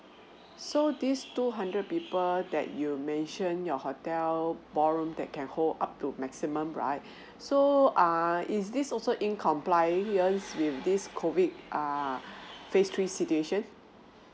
so this two hundred people that you've mentioned your hotel ballroom that can hold up to maximum right so err is this also in compliance with this COVID err phase three situation